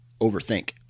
overthink